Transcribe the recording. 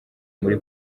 muri